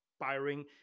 inspiring